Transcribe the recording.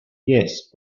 yes